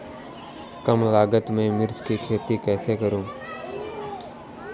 कम लागत में मिर्च की खेती कैसे करूँ?